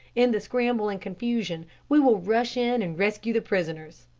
in the scramble and confusion we will rush in and rescue the prisoners.